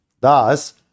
Thus